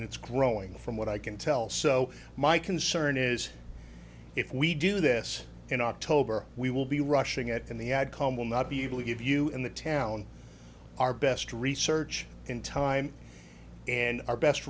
and it's growing from what i can tell so my concern is if we do this in october we will be rushing it and the outcome will not be able to give you in the town our best research in time and our best